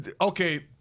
okay